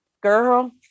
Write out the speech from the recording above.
girl